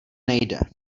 nejde